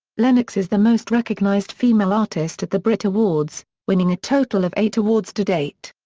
lennox is the most recognised female artist at the brit awards, winning a total of eight awards to date.